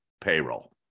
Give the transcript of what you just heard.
payroll